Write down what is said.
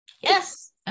Yes